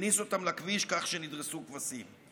והניס אותם לכביש כך שנדרסו כבשים,